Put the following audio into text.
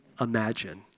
imagine